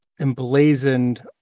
emblazoned